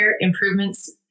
Improvement's